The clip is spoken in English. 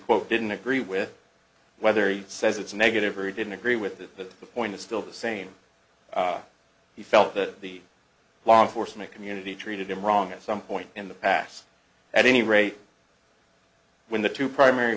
quote didn't agree with whether he says it's a negative or he didn't agree with that that the point is still the same he felt that the law enforcement community treated him wrong at some point in the past at any rate when the two primary